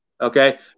Okay